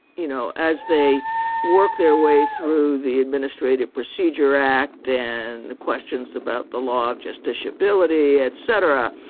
you know, as they work their way through the administrative procedure act and the questions about the law of just disability, etc,